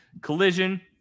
Collision